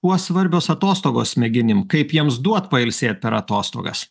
kuo svarbios atostogos smegenim kaip jiems duot pailsėt per atostogas